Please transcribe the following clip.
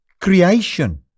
creation